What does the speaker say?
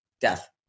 death